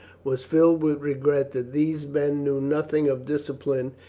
was filled with regret that these men knew nothing of discipline,